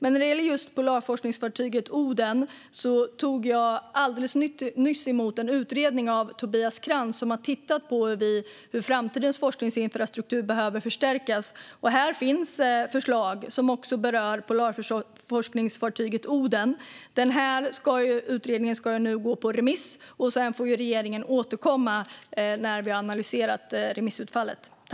När det gäller just polarforskningsfartyget Oden tog jag alldeles nyss emot en utredning av Tobias Krantz, som har tittat på hur framtidens forskningsinfrastruktur behöver förstärkas. Här finns förslag som berör polarforskningsfartyget Oden. Utredningen ska nu gå på remiss, och sedan får vi i regeringen återkomma när vi analyserat remissutfallet.